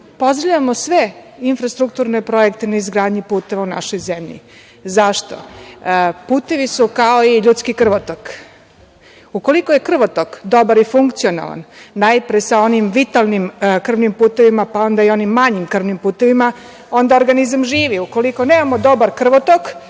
Pozdravljamo sve infrastrukturne projekte na izgradnji puteva u našoj zemlji. Zašto? Putevi su kao i ljudski krvotok. Ukoliko je krvotok dobar i funkcionalan najpre sa onim vitalnim krvnim putevima, pa onda i onim manjim krvnim putevima, onda organizam živi. Ukoliko nemamo dobar krvotok